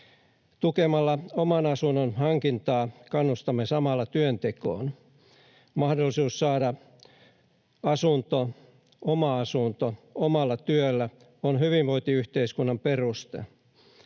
Tukemalla oman asunnon hankintaa kannustamme samalla työntekoon. Mahdollisuus saada oma asunto omalla työllä on hyvinvointiyhteiskunnan perusta.